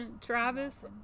Travis